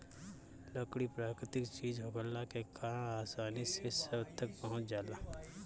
लकड़ी प्राकृतिक चीज होखला के कारण आसानी से सब तक पहुँच जाला